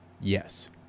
Yes